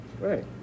Right